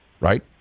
right